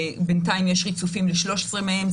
בינתיים יש ריצופים ל-13 מהם.